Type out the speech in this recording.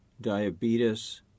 diabetes